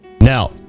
Now